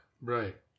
right